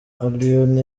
allioni